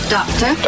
Doctor